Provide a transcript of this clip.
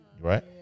right